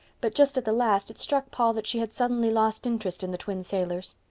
but just at the last it struck paul that she had suddenly lost interest in the twin sailors.